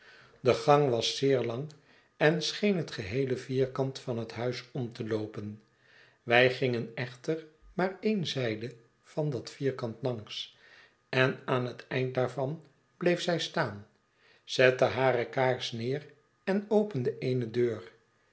de gang was zeer lang en scheen het geheele vierkant van het huis om te loopen wij gingen echter maar eene zijde van dat vierkant langs en aan het eind daarvan bleef zij staan zette hare kaars neer en opende eene deur